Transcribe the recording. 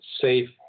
safe